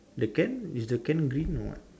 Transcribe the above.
the can is the can green or what